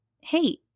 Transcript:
Hey